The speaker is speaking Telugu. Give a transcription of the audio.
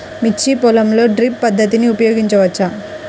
మిర్చి పొలంలో డ్రిప్ పద్ధతిని ఉపయోగించవచ్చా?